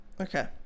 Okay